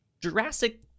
Jurassic